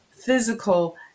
physical